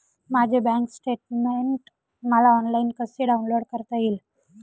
माझे bank statement मला online कसे डाउनलोड करता येईल?